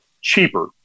cheaper